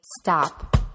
stop